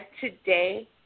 today